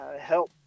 help